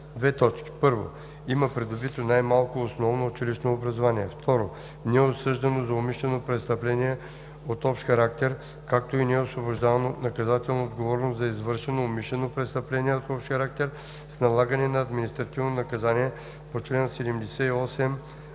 и което: 1. има придобито най-малко основно училищно образование; 2. не е осъждано за умишлено престъпление от общ характер, както и не е освобождавано от наказателна отговорност за извършено умишлено престъпление от общ характер с налагане на административно наказание по чл. 78а